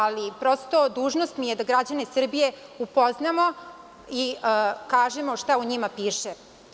Ali, prosto dužnost mi je da građane Srbije upoznamo i kažemo šta u njima piše.